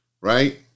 right